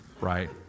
right